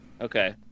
Okay